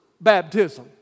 baptism